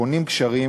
בונים גשרים,